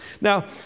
Now